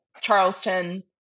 Charleston